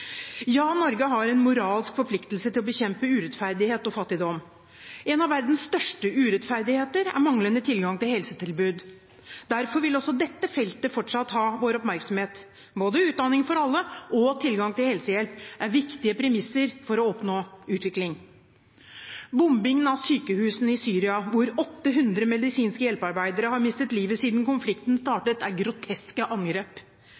Ja, Norge har en moralsk forpliktelse til å bekjempe urettferdighet og fattigdom. En av verdens største urettferdigheter er manglende tilgang til helsetilbud. Derfor vil også dette feltet fortsatt ha vår oppmerksomhet. Både utdanning for alle og tilgang til helsehjelp er viktige premisser for å oppnå utvikling. Bombingen av sykehus i Syria hvor 800 medisinske hjelpearbeidere har mistet livet siden konflikten startet, er groteske angrep.